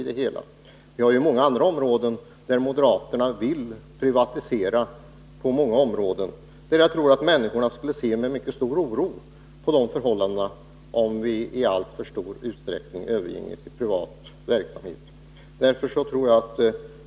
Det finns många andra områden där moderaterna vill privatisera. Men jag tror att människorna skulle se det med mycket stor oro om vi i alltför stor utsträckning överginge till privat verksamhet.